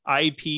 IP